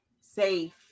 safe